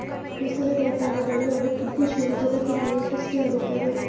ಮೊಸಳೆ ವ್ಯಾಪಾರಗಳು ಅಭಿವೃದ್ಧಿಶೀಲ ಜಗತ್ತಿನಲ್ಲಿ ಯಶಸ್ವಿಯಾಗುತ್ತವೆ